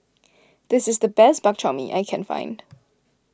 this is the best Bak Chor Mee I can find